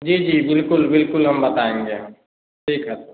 जी जी बिल्कुल बिल्कुल हम बताएँगे हम ठीक है